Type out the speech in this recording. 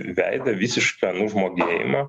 veidą visišką nužmogėjimą